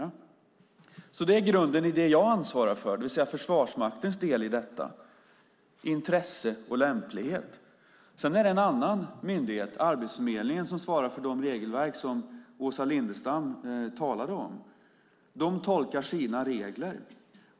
Det är alltså grunden i det jag ansvarar för, det vill säga Försvarsmaktens del i detta - intresse och lämplighet. Sedan är det en annan myndighet, nämligen Arbetsförmedlingen, som svarar för de regelverk som Åsa Lindestam talade om. De tolkar sina regler.